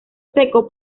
seco